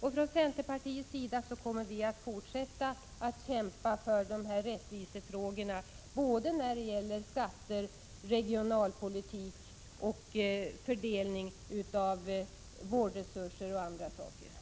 Centerpartiet kommer att fortsätta att kämpa för dessa rättvisefrågor när det gäller skatter, regionalpolitik och fördelning av vårdresurser, m.m.